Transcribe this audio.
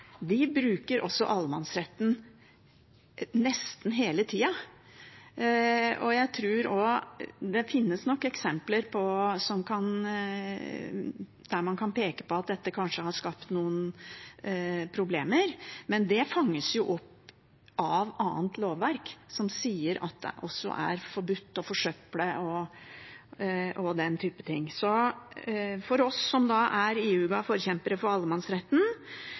bruker allemannsretten nesten hele tida. Jeg tror at det nok finnes eksempler der man kan peke på at dette kanskje har skapt noen problemer, men det fanges jo opp av annet lovverk, som sier at det er forbudt å forsøple, og den type ting. Vi som er ihuga forkjempere for allemannsretten, er også ihuga forkjempere for